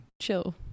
chill